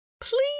Please